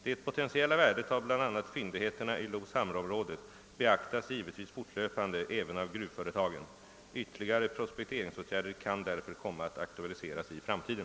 Det potentiella värdet av bl.a. fyndigheterna i Los-Hamra-området beaktas givetvis fortlöpande även av gruvföretagen. Ytterligare prospekteringsåtgärder kan därför komma att aktualiseras i framtiden.